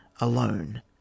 alone